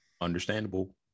understandable